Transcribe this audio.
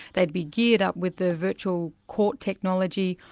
they'd be geared up with the virtual court technology,